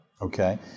Okay